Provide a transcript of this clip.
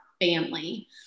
family